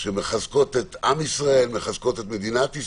שמחזקות את עם ישראל,